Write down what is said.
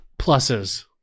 pluses